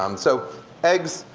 um so eggs,